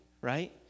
right